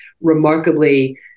remarkably